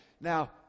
Now